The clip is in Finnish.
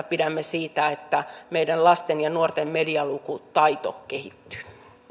pidämme huolta siitä että meidän lasten ja nuorten medialukutaito kehittyy